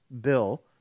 bill